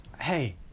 Hey